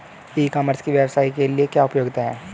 ई commerce की व्यवसाय के लिए क्या उपयोगिता है?